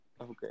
Okay